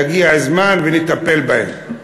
יגיע הזמן ונטפל בהם.